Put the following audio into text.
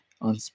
on